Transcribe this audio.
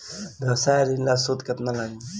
व्यवसाय ऋण ला सूद केतना लागी?